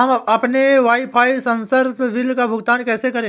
हम अपने वाईफाई संसर्ग बिल का भुगतान कैसे करें?